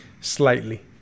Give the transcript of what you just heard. Slightly